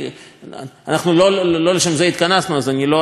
לא לשם זה התכנסנו, אז אני לא ארחיב על זה כאן.